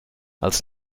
als